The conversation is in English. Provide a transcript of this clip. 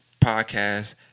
podcast